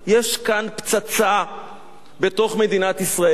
יש כאן פצצה בתוך מדינת ישראל.